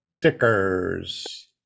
stickers